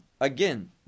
again